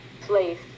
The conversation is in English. place